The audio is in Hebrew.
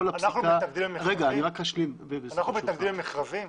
אנחנו מתנגדים למכרזים?